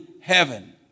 heaven